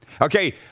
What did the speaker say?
Okay